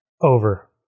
over